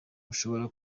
ushobora